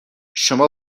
شما